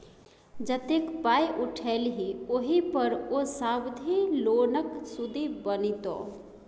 जतेक पाय उठेलही ओहि पर ओ सावधि लोनक सुदि बनितौ